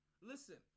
listen